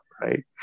Right